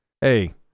hey